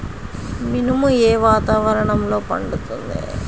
మినుము ఏ వాతావరణంలో పండుతుంది?